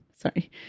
Sorry